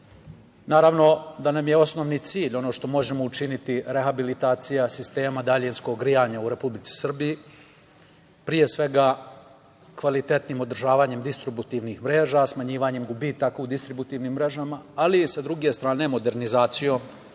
Naravno da nam je osnovni cilj, ono što možemo učiniti, rehabilitacija sistema daljinskog grejanja u Republici Srbiji, pre svega kvalitetnim održavanjem distributivnih mreža, smanjivanjem gubitaka u distributivnim mrežama, ali sa druge strane modernizacijom